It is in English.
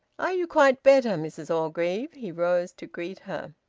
are you quite better, mrs orgreave? he rose to greet her.